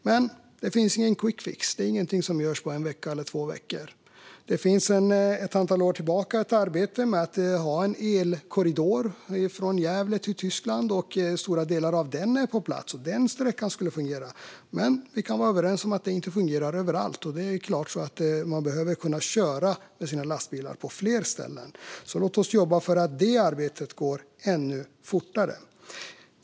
Men det finns ingen quickfix - det här är ingenting som görs på en eller två veckor. Det finns sedan ett antal år tillbaka ett arbete med en elkorridor från Gävle till Tyskland. Stora delar av den är på plats, och den sträckan skulle fungera, men vi kan vara överens om att det inte fungerar överallt. Och det är klart att man behöver kunna köra med sina lastbilar på fler ställen. Så låt oss jobba för att det arbetet går ännu fortare.